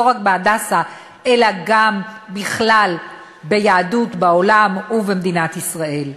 לא רק ב"הדסה" אלא גם בכלל ביהדות העולם ובמדינת ישראל.